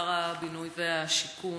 שר הבינוי והשיכון,